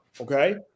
Okay